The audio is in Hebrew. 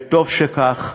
וטוב שכך.